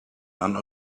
none